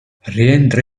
rientra